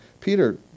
Peter